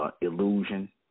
illusion